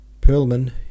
Perlman